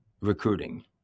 recruiting